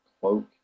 cloak